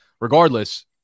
regardless